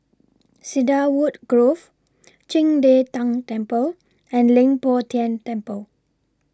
Cedarwood Grove Qing De Tang Temple and Leng Poh Tian Temple